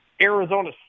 Arizona